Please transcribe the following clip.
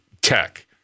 tech